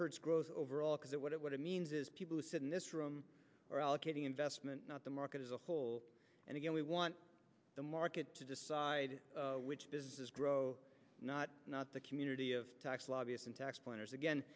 hurts growth overall because it what it what it means is people who sit in this room are allocating investment not the market as a whole and again we want the market to decide which businesses grow not not the community of tax lobbyist and tax planners again